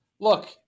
Look